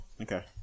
Okay